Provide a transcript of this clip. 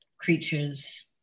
creatures